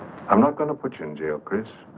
i'm not going to put you in jail chris.